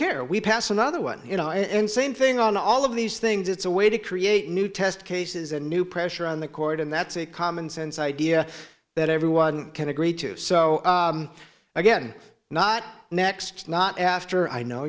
care we pass another one you know and same thing on all of these things it's a way to create new test cases a new pressure on the court and that's a commonsense idea that everyone can agree to so again not next not after i know